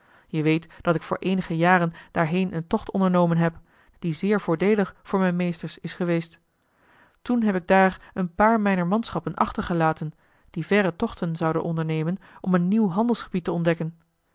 je weet dat ik voor eenige jaren daarheen een tocht ondernomen heb die zeer voordeelig voor mijn meesters is geweest toen heb ik daar een paar mijner manschappen achtergelaten die verre tochten zouden ondernemen om een nieuw handelsgebied te ontdekken